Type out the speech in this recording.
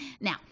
Now